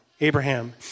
Abraham